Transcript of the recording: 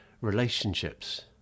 relationships